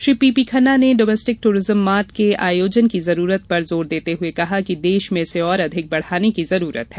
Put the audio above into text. Shri P P Khanna ने domestic tourism mart के आयोजन की जरूरत पर जोर देते हुए कहा कि देश में इसे और अधिक बढ़ाने की जरूरत है